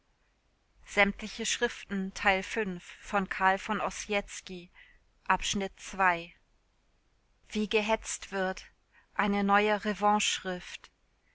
schriften wie gehetzt wird eine neue